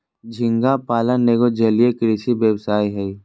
झींगा पालन एगो जलीय कृषि व्यवसाय हय